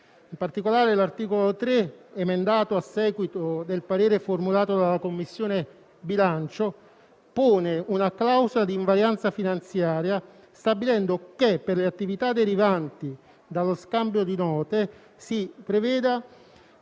In particolare, l'articolo 3, emendato a seguito del parere formulato dalla Commissione bilancio, pone una clausola di invarianza finanziaria, stabilendo che per le attività derivanti dallo scambio di note si provveda